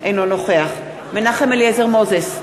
נגד מנחם אליעזר מוזס,